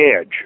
edge